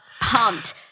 pumped